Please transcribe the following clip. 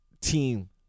team